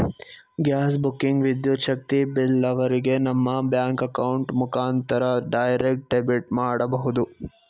gas booking, ವಿದ್ಯುತ್ ಶಕ್ತಿ bill ಅವರಿಗೆ ನಮ್ಮ ಬ್ಯಾಂಕ್ ಅಕೌಂಟ್ ಮುಖಾಂತರ ಡೈರೆಕ್ಟ್ ಡೆಬಿಟ್ ಮಾಡಬಹುದು